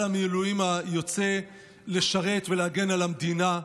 המילואים היוצא לשרת ולהגן על המדינה.